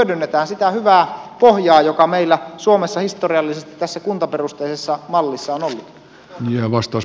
hyödynnetään sitä hyvää pohjaa joka meillä suomessa historiallisesti tässä kuntaperusteisessa mallissa on ollut